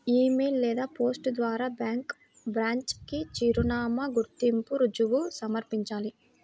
ఇ mail లేదా post ద్వారా bank branch కి చిరునామా, గుర్తింపు రుజువు సమర్పించాలి